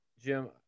Jim –